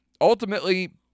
ultimately